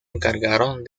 encargaron